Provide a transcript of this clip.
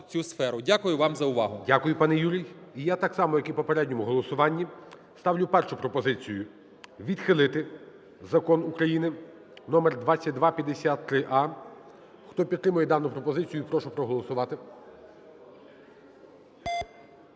Дякую, пане Юрій. І я так само, як і в попередньому голосуванні, ставлю першу пропозицію: відхилити Закон України номер 2253а. Хто підтримує дану пропозицію, прошу проголосувати.